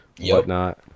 whatnot